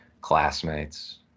classmates